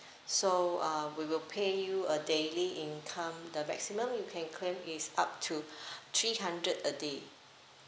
so uh we will pay you a daily income the maximum you can claim is up to three hundred a day